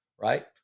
right